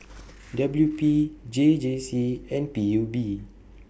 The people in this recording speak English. W P J J C and P U B